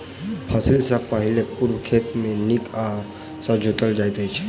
फसिल सॅ पहिने पूर्ण खेत नीक सॅ जोतल जाइत अछि